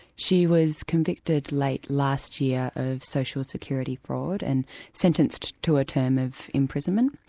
she was convicted late last year of social security fraud and sentenced to a term of imprisonment,